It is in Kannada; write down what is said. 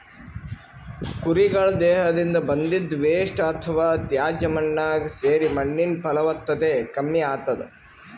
ಕುರಿಗಳ್ ದೇಹದಿಂದ್ ಬಂದಿದ್ದ್ ವೇಸ್ಟ್ ಅಥವಾ ತ್ಯಾಜ್ಯ ಮಣ್ಣಾಗ್ ಸೇರಿ ಮಣ್ಣಿನ್ ಫಲವತ್ತತೆ ಕಮ್ಮಿ ಆತದ್